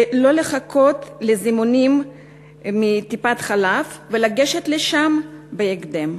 ולא לחכות לזימונים מטיפת-חלב ולגשת לשם בהקדם.